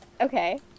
Okay